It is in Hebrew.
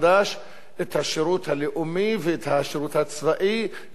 את השירות הלאומי ואת השירות הצבאי לכולם,